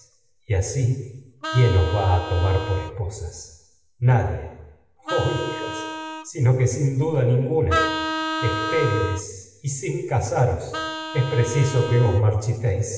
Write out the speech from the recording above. sufriréis asi quién a tomar por esposas nadie y oh hijas sino que sin duda ninguna es estériles sin basaros preciso que os marchitéis